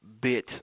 bit